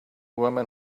women